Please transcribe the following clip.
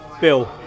Bill